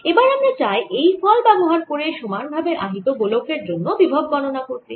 এবার আমরা চাই এই ফল ব্যবহার করে সমান ভাবে আহিত গোলকের জন্য বিভব গণনা করতে